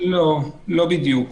לא בדיוק.